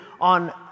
on